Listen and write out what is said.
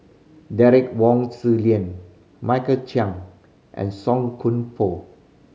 Derek Wong Zi Liang Michael Chiang and Song Koon Poh